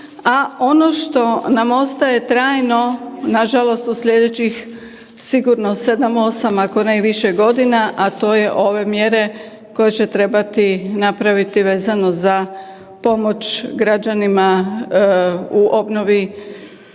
A ono što nam ostaje tajno nažalost u slijedećih sigurno 7, 8 ako ne i više godina, a to je ove mjere koje će trebati napraviti vezano za pomoć građanima u obnovi